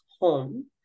home